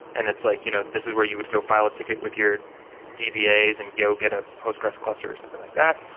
and like you know this is where you would go file a ticket with your dbas and go get a postgresql cluster or something like that.